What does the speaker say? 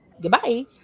goodbye